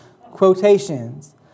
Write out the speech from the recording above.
Quotations